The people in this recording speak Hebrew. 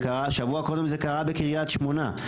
שבוע קודם זה קרה בקרית שמונה.